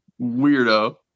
weirdo